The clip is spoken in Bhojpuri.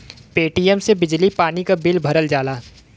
पेटीएम से बिजली पानी क बिल भरल जाला